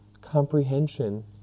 comprehension